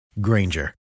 Granger